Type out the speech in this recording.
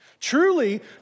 Truly